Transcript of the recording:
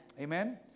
Amen